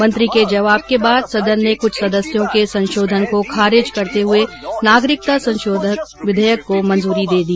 मंत्री के जवाब के बाद सदन ने कुछ सदस्यों के संशोधन को खारिज करते हुए नागरिकता संशोधन विघेयक को मंजुरी दे दी